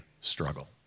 struggle